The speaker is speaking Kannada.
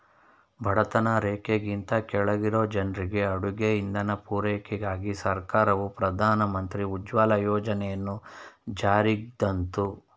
ಬಡತನ ರೇಖೆಗಿಂತ ಕೆಳಗಿರೊ ಜನ್ರಿಗೆ ಅಡುಗೆ ಇಂಧನ ಪೂರೈಕೆಗಾಗಿ ಸರ್ಕಾರವು ಪ್ರಧಾನ ಮಂತ್ರಿ ಉಜ್ವಲ ಯೋಜನೆಯನ್ನು ಜಾರಿಗ್ತಂದ್ರು